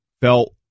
felt